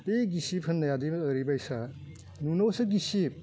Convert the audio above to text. बे गिसिब होन्नायादि ओरैबायसा नुनायावसो गिसिब